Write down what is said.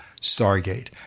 Stargate